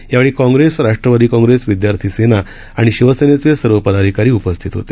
यावेळीकाँग्रेस राष्ट्रवादीकाँग्रेस विद्यार्थीसेना आणिशिवसेनेचेसर्वपादाधिकारीउपस्थितहोते